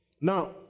Now